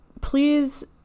please